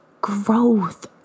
Growth